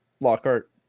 Lockhart